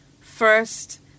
first